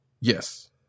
Yes